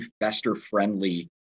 investor-friendly